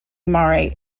mare